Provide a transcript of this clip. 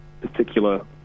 particular